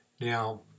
Now